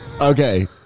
Okay